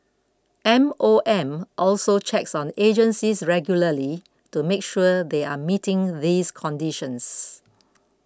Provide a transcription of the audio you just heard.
M O M also checks on agencies regularly to make sure they are meeting these conditions